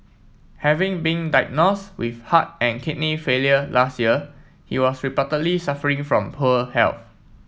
having been diagnosed with heart and kidney failure last year he was reportedly suffering from poor health